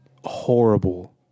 horrible